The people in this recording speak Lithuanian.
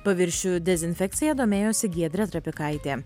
paviršių dezinfekcija domėjosi giedrė trapikaitė